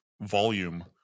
volume